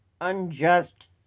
Unjust